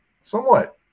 somewhat